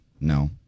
No